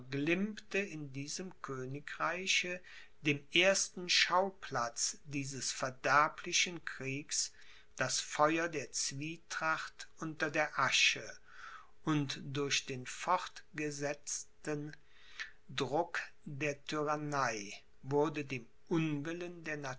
in diesem königreiche dem ersten schauplatz dieses verderblichen kriegs das feuer der zwietracht unter der asche und durch den fortgesetzten druck der tyrannei wurde dem unwillen der